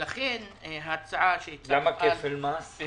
לכן ההצעה שהצענו כאן --- למה כפל מס?